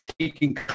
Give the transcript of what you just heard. taking